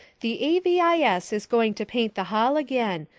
the a v i s. is going to paint the hall again.